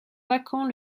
vacant